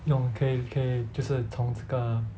用可以可以就是从这个